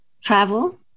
travel